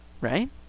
right